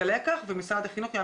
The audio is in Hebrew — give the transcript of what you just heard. החלק השני זה